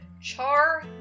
char